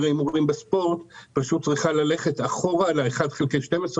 ההימורים בספורט פשוט צריכה ללכת אחורה ל-1 חלקי 12,